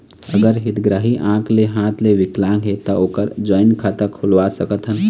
अगर हितग्राही आंख ले हाथ ले विकलांग हे ता ओकर जॉइंट खाता खुलवा सकथन?